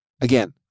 Again